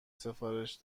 سفارش